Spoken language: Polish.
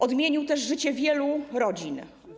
Odmienił życie wielu rodzin.